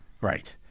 Right